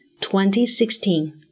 2016